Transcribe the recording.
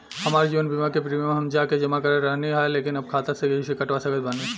हमार जीवन बीमा के प्रीमीयम हम जा के जमा करत रहनी ह लेकिन अब खाता से कइसे कटवा सकत बानी?